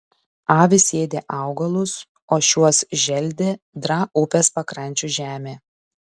avys ėdė augalus o šiuos želdė draa upės pakrančių žemė